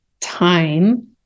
time